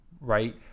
right